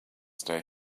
stay